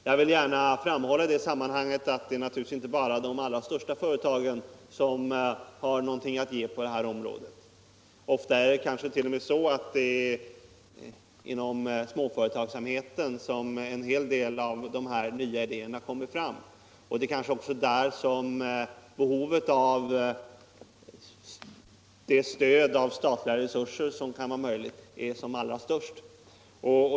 Jag vill gärna framhålla att det naturligtvis inte bara är de allra största företagen som har någonting att ge på det här området. Ofta är det kanske t. 0. m. så att det är inom småföretagen som en hel del av de nya idéerna kommer fram. Det kanske också är där som behoven av det stöd av statliga resurser som kan vara möjligt är som allra störst.